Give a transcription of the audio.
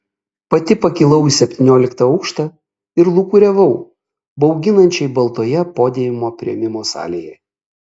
pati pakilau į septynioliktą aukštą ir lūkuriavau bauginančiai baltoje podiumo priėmimo salėje